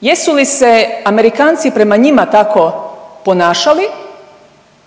Jesu li se Amerikanci prema njima tako ponašali